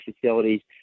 facilities